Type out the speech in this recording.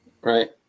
Right